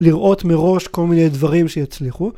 לראות מראש כל מיני דברים שיצליחו.